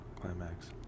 Climax